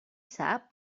sap